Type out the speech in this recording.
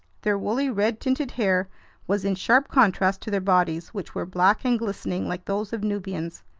their woolly, red-tinted hair was in sharp contrast to their bodies, which were black and glistening like those of nubians.